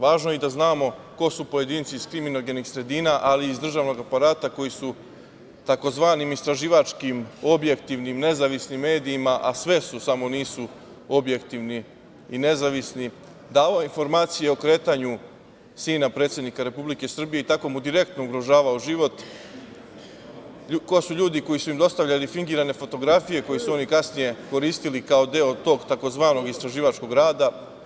Važno je i da znamo ko su pojedinci iz kriminogenih sredina, ali i iz državnog aparata koji su tzv. istraživačkim, objektivnim, nezavisnim medijima, a sve su samo nisu objektivni i nezavisni davao informacije o kretanju sina predsednika Republike Srbije i tako mu direktno ugrožavao život, ko su ljudi koji su im dostavljali fingirane fotografije koje su oni kasnije koristili kao deo tog tzv. istraživačkog rada.